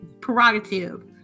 prerogative